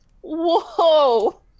Whoa